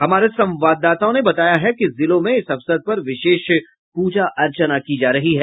हमारे संवाददाताओं ने बताया है कि जिलों में इस अवसर पर विशेष पूजा अर्चना की जा रही है